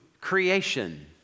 creation